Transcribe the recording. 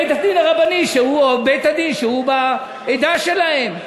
בית-הדין הרבני שהוא בעדה שלהם,